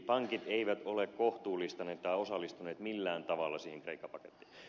pankit eivät ole kohtuullistaneet tai osallistuneet millään tavalla siihen kreikka pakettiin